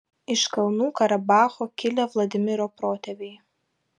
iš kalnų karabacho kilę vladimiro protėviai